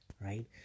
Right